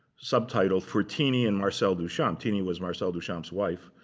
subtitled for teeny and marcel duchamp. teeny was marcel duchamp's wife,